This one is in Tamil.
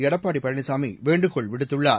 எடப்பாடி பழனிசாமி வேண்டுகோள் விடுத்துள்ளார்